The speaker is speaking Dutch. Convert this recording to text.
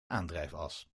aandrijfas